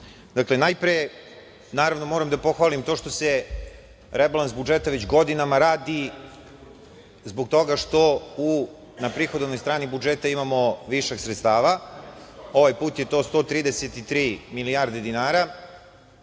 klupa. Dakle, najpre moram da pohvalim to što se rebalans budžeta već godinama radi zbog toga što na prihodovnoj strani budžeta imamo višak sredstava. Ovaj put je to 133 milijarde dinara,